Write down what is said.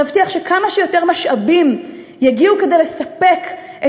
להבטיח שכמה שיותר משאבים יגיעו כדי לספק את